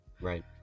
Right